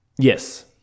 Yes